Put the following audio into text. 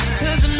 cause